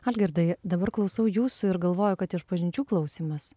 algirdai dabar klausau jūsų ir galvoju kad išpažinčių klausymas